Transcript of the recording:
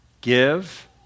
Give